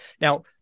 Now